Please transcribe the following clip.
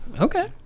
okay